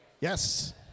Yes